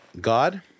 God